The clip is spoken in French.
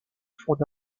fonda